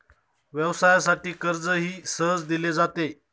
व्यवसायासाठी कर्जही सहज दिले जाते